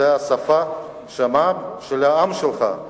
זו השפה של העם שלך,